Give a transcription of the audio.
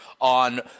on